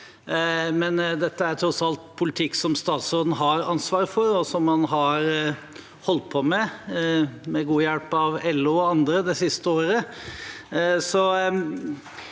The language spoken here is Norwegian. er tross alt politikk som statsråden har ansvar for, og som han har holdt på med, med god hjelp av LO og andre, det siste året.